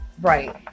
Right